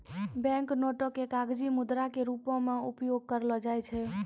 bank नोटो के कागजी मुद्रा के रूपो मे उपयोग करलो जाय छै